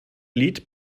lied